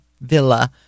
Villa